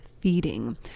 feeding